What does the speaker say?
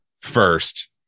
first